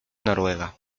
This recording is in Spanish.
noruega